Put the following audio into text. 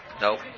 Nope